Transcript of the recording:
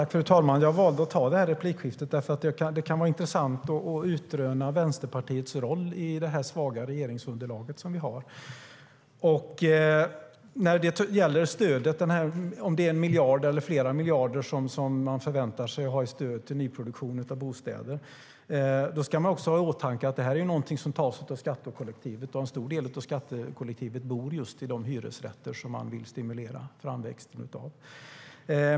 Fru talman! Jag valde att ta det här replikskiftet eftersom det kan vara intressant att utröna Vänsterpartiets roll i det svaga regeringsunderlag som vi har. När det gäller stödet, om det är 1 miljard eller flera miljarder som man förväntar sig att ha i stöd till nyproduktion av bostäder, ska man ha i åtanke att det är någonting som tas av skattekollektivet, och en stor del av skattekollektivet bor just i de hyresrätter som man vill stimulera framväxten av.